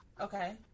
Okay